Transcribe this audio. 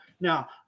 Now